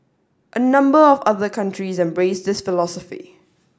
a number of other countries embrace this philosophy